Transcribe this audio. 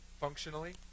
functionally